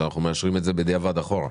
שאנחנו מאשרים את זה בדיעבד אחורה.